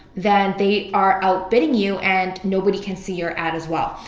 then they are outbidding you and nobody can see your ad as well.